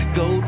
go